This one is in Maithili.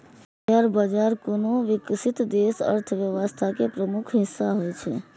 शेयर बाजार कोनो विकसित देशक अर्थव्यवस्था के प्रमुख हिस्सा होइ छै